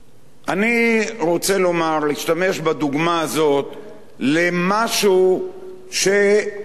אני רוצה להשתמש בדוגמה הזאת למשהו שאולי מדגים